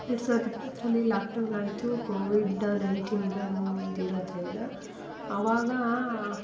ಎರಡು ಸಾವಿರದ ಇಪ್ಪತ್ತರಲ್ಲಿ ಲಾಕ್ಡೌನ್ ಆಯಿತು ಕೋವಿಡ್ ನೈನ್ಟೀನ್ ಬಂದಿರೋದರಿಂದ ಅವಾಗ